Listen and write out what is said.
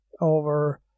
over